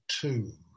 two